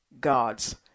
God's